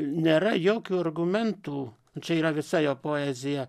nėra jokių argumentų čia yra visa jo poezija